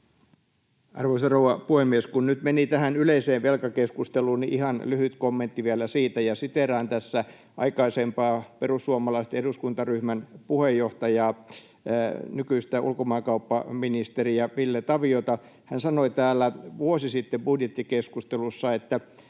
Arvoisa rouva puhemies! Kun nyt meni tähän yleiseen velkakeskusteluun, niin ihan lyhyt kommentti vielä siitä. Siteeraan tässä aikaisempaa perussuomalaisten eduskuntaryhmän puheenjohtajaa, nykyistä ulkomaankauppaministeriä, Ville Taviota. Hän sanoi täällä vuosi sitten budjettikeskustelussa, että